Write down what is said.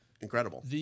incredible